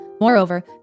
Moreover